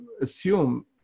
assume